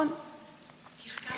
את זוכרת